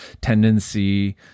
tendency